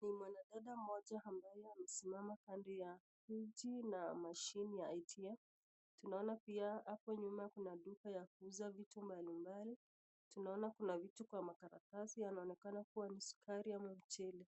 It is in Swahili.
Ni mwanadada mmoja ambaye amesimama kando ya mti na mashine ya ATM. Tunaona pia hapo nyuma kuna duka ya kuuza vitu mbalimbali. Tunaona kuna vitu kwa makaratasi, inaonekana kuwa ni sukari ama mchele.